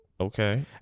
Okay